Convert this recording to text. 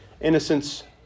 innocence